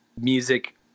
music